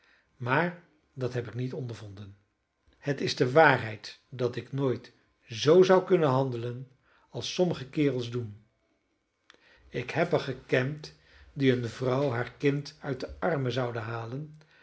maar dat heb ik niet ondervonden het is de waarheid dat ik nooit zoo zou kunnen handelen als sommige kerels doen ik heb er gekend die eene vrouw haar kind uit de armen zouden halen